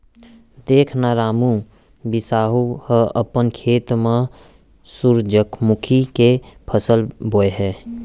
देख न रामू, बिसाहू ह अपन खेत म सुरूजमुखी के फसल बोय हे